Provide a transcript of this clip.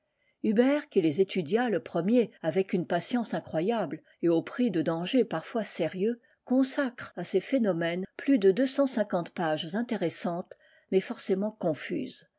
huber qui les étudia le premier avec une patience incroyable et au prix de dangers parfois sérieux consacre à ces phénomènes plus de deux cent cinquante pages intéressantes mais forcément confuses